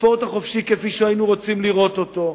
הספורט החופשי כפי שהיינו רוצים לראות אותו,